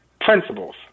principles